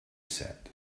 said